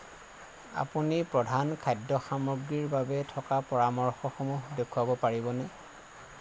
আপুনি প্ৰধান খাদ্য সামগ্ৰীৰ বাবে থকা পৰামৰ্শসমূহ দেখুৱাব পাৰিবনে